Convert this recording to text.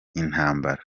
intambara